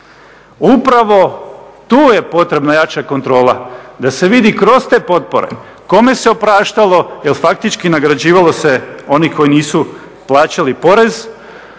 Upravo je tu potrebna jača kontrola da se vidi kroz te potpore kome se opraštalo ili faktički nagrađivalo se one koji nisu plaćali porez.